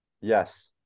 Yes